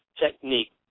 technique